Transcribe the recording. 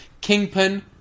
Kingpin